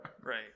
Right